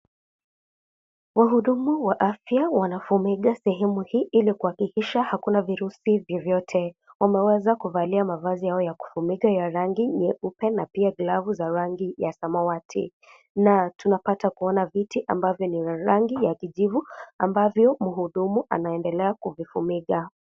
Wahudumu wa afya wanafumika sehemu hii ili kuhakikisha hakuna virusi vyovyote. Wameweza kuvalia mavazi yao ya kufumika ya rangi nyeupe na pia glavu za rangi ya samawati. Na tunapata kuona viti ambavyo ni vya rangi ya kijivu ambavyo mhudumu anaendelea kuvifumika.